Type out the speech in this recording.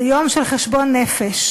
זה יום של חשבון נפש,